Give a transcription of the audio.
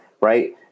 right